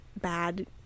bad